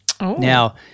Now